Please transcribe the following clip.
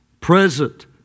Present